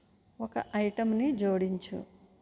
ఒక ఐటెంని జోడించు